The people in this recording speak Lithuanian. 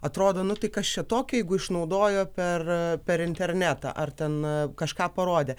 atrodo nu tai kas čia tokio jeigu išnaudojo per per internetą ar ten kažką parodė